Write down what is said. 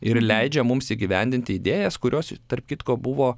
ir leidžia mums įgyvendinti idėjas kurios tarp kitko buvo